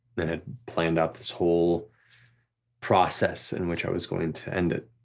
and had planned out this whole process in which i was going to end it,